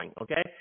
okay